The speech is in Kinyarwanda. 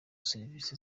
serivisi